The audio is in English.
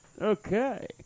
Okay